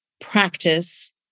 practice